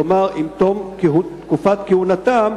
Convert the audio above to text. כלומר עם תום תקופת כהונתם,